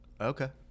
okay